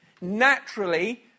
naturally